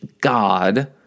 God